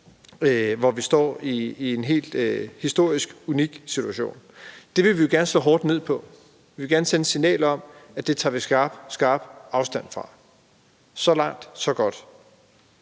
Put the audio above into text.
hvor vi står i en helt unik historisk situation. Det vil vi gerne slå hårdt ned på. Vi vil gerne sende et signal om, at det tager vi skarpt afstand fra. Så langt, så godt.